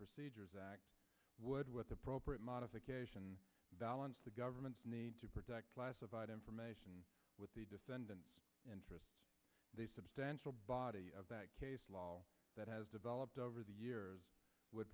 procedures act would with appropriate modification balance the government's need to protect classified information with the defendant's interest the substantial body of that law that has developed over the years would